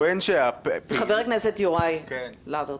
חבר הכנסת יוראי להב הרצנו,